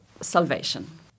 salvation